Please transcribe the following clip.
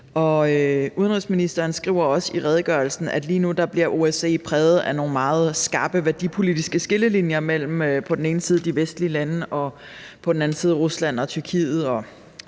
Udenrigsministeren skriver også i redegørelsen, at lige nu bliver OSCE præget af nogle meget skarpe værdipolitiske skillelinjer mellem på den ene side de